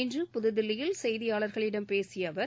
இன்று புதுதில்லியில் செய்தியாளர்களிடம் பேசிய அவர்